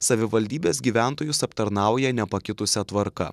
savivaldybės gyventojus aptarnauja nepakitusia tvarka